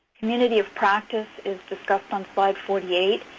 community of practice is discussed on slide forty eight.